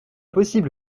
possible